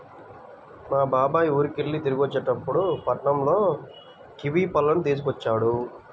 మా బాబాయ్ ఊరికెళ్ళి తిరిగొచ్చేటప్పుడు పట్నంలో కివీ పళ్ళను తీసుకొచ్చాడు